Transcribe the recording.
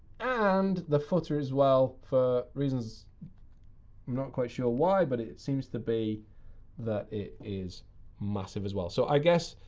and the footer, as well, for reasons i'm not quite sure why. but it it seems to be that it is massive as well. so, i guess,